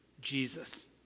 Jesus